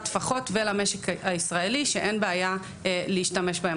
טפחות ולמשק הישראלי שאין בעיה להשתמש בהם.